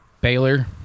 Baylor